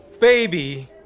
baby